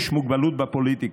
יש מוגבלות בפוליטיקה.